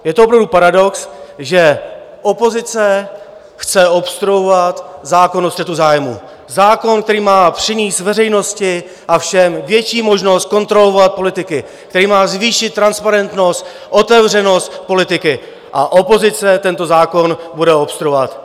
Je to opravdu paradox, že opozice chce obstruovat zákon o střetu zájmů, zákon, který má přinést veřejnosti a všem větší možnost kontrolovat politiky, který má zvýšit transparentnost, otevřenost politiky, a opozice tento zákon bude obstruovat.